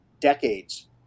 decades